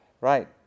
right